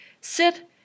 Sit